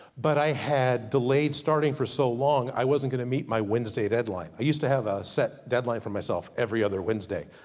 but i had delayed starting for so long, i wasn't gonna meet my wednesday deadline. i used to have a set deadline for myself, every other wednesday.